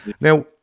now